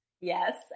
Yes